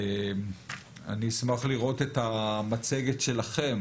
אני אשמח לראות את המצגת שלכם